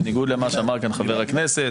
בניגוד למה שאמר כאן חבר הכנסת,